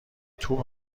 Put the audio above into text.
توپ